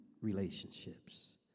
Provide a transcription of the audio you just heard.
relationships